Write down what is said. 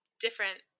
different